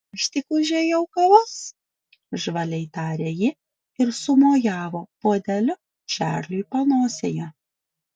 aš tik užėjau kavos žvaliai tarė ji ir sumojavo puodeliu čarliui panosėje